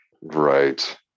Right